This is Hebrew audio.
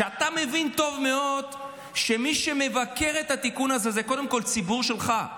שאתה מבין טוב מאוד שמי שמבקר את התיקון הזה זה קודם כול הציבור שלך.